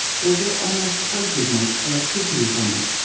we'll get almost twice as much electricity from it,